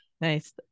Nice